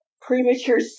premature